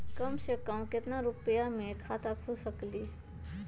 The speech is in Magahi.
कम से कम केतना रुपया में खाता खुल सकेली?